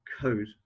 code